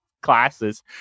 classes